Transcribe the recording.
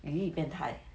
!ee! 变态